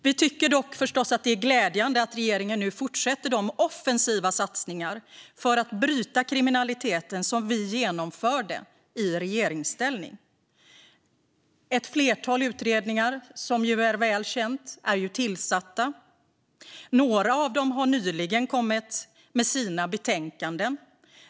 Vi tycker förstås att det är glädjande att regeringen nu fortsätter med de offensiva satsningar för att bryta kriminaliteten som vi genomförde i regeringsställning. Det är väl känt att ett flertal utredningar är tillsatta. Några av dem har nyligen kommit med sina betänkanden.